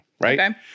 right